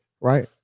right